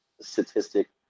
statistic